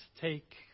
Take